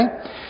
Okay